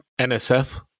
NSF